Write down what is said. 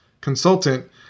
consultant